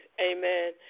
Amen